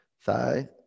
thigh